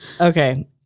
Okay